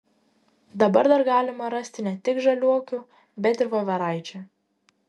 dabar dar galima rasti ne tik žaliuokių bet ir voveraičių